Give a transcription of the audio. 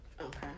Okay